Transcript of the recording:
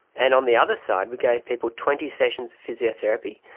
and on the other side we gave people twenty sessions of physiotherapy,